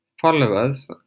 followers